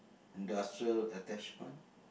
industrial attachment